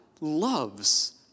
loves